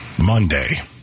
Monday